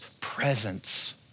presence